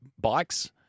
bikes